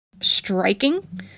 striking